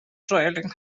trailing